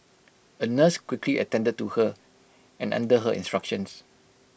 A nurse quickly attended to her and under her instructions